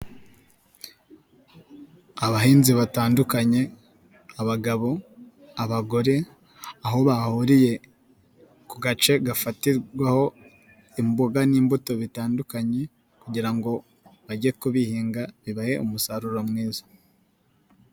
Abahinzi batandukanye: abagabo, abagore aho bahuriye ku gace gafatirwaho imboga n'imbuto bitandukanye kugira ngo bajye kubihinga, bibahe umusaruro mwiza.